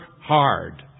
hard